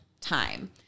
time